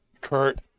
Kurt